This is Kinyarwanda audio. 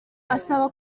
asaba